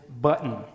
button